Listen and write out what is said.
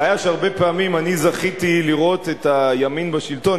הבעיה שהרבה פעמים אני זכיתי לראות את הימין בשלטון,